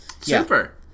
Super